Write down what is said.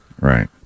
Right